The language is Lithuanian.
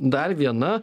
dar viena